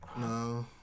No